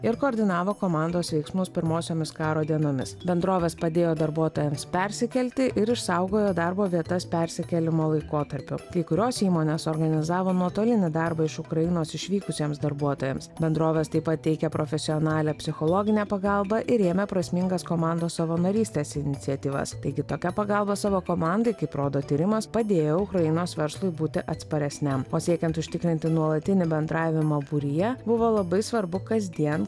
ir koordinavo komandos veiksmus pirmosiomis karo dienomis bendrovės padėjo darbuotojams persikelti ir išsaugojo darbo vietas persikėlimo laikotarpiu kai kurios įmonės organizavo nuotolinį darbą iš ukrainos išvykusiems darbuotojams bendrovės taip pat teikia profesionalią psichologinę pagalbą ir rėmė prasmingas komandos savanorystės iniciatyvas taigi tokia pagalba savo komandai kaip rodo tyrimas padėjo ukrainos verslui būti atsparesniam o siekiant užtikrinti nuolatinį bendravimą būryje buvo labai svarbu kasdien